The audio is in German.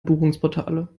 buchungsportale